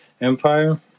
empire